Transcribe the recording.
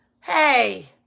hey